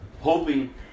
Hoping